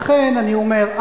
לכן אני אומר,